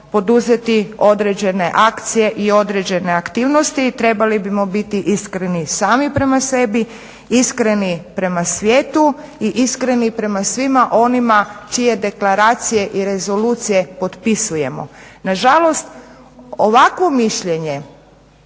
poduzeti određene akcije i određene aktivnosti, trebali bismo biti iskreni sami prema sebi, iskreni prema svijetu i iskreni prema svima onima čije deklaracije i rezolucije potpisujemo. Nažalost, ovakvo mišljenje